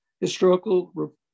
historical